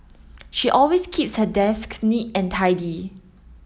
she always keeps her desk neat and tidy